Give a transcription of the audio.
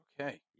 Okay